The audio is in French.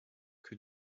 que